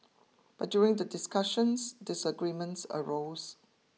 but during the discussions disagreements arose